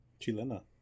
Chilena